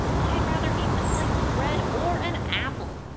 i'd rather eat a slice of bread or an apple!